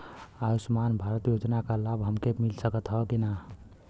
आयुष्मान भारत योजना क लाभ हमके मिल सकत ह कि ना?